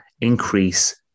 increase